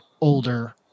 older